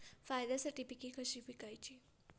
फायद्यासाठी पिके कशी विकायची?